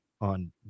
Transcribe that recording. on